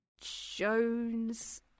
Jones